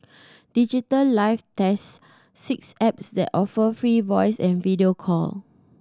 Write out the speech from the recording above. Digital Life tests six apps that offer free voice and video call